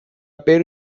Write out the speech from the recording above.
peru